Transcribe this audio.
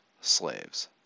slaves